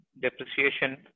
depreciation